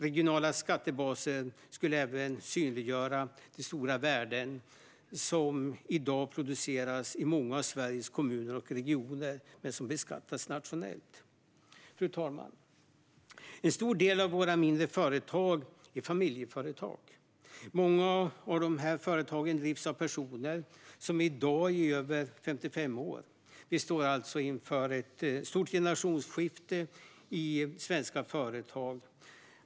Regionala skattebaser skulle även synliggöra de stora värden som i dag produceras i många av Sveriges kommuner och regioner men som beskattas nationellt. Fru talman! En stor del av våra mindre företag är familjeföretag. Många av dessa företag drivs av personer som i dag är över 55 år. Vi står alltså inför ett stort generationsskifte i svenska företag.